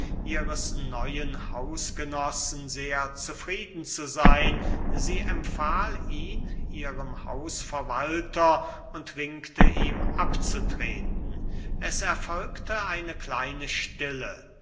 ihres neuen hausgenossen sehr zufrieden zu seyn sie empfahl ihn ihrem hausverwalter und winkte ihm abzutreten es erfolgte eine kleine stille